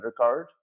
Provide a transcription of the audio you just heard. undercard